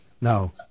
No